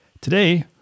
Today